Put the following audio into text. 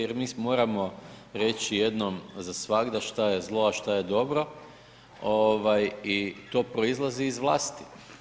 Jer mi moramo reći jednom za svagda šta je zlo a šta je dobro i to proizlazi iz vlasti.